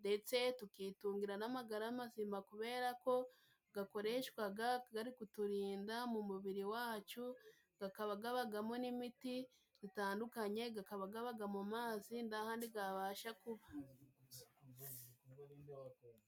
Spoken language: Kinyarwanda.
ndetse tukitungira n'amagara mazima kubera ko gakoreshwaga gari kuturinda mu mubiri wacu. Gakaba gabagamo n'imiti gutandukanye, gakaba gabaga mu mazi nta handi kabasha kuba.